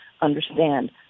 understand